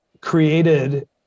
created